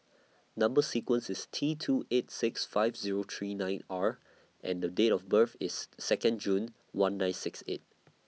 Number sequence IS T two eight six five Zero three nine R and Date of birth IS Second June one nine six eight